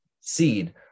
seed